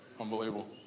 unbelievable